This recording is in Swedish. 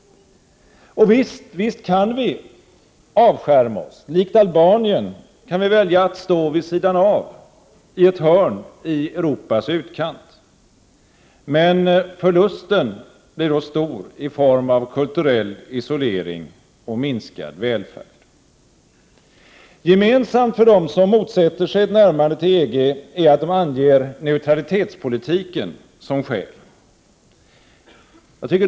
Och visst kan vi avskärma oss. Likt Albanien kan vi välja att stå vid sidan av — i ett hörn i Europas utkant. Men förlusten blir då stor i form av kulturell isolering och minskad välfärd. Gemensamt för dem som motsätter sig ett närmande till EG är att de anger neutralitetspolitiken som skäl.